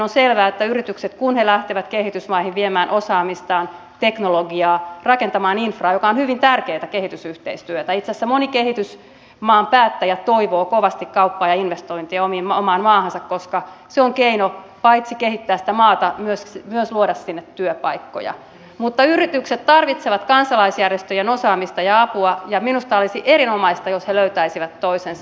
on selvää että kun yritykset lähtevät kehitysmaihin viemään osaamistaan teknologiaa rakentamaan infraa joka on hyvin tärkeätä kehitysyhteistyötä itse asiassa moni kehitysmaan päättäjä toivoo kovasti kauppaa ja investointeja omaan maahansa koska se on keino paitsi kehittää sitä maata myös luoda sinne työpaikkoja niin yritykset tarvitsevat kansalaisjärjestöjen osaamista ja apua ja minusta olisi erinomaista jos he löytäisivät toisensa